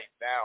now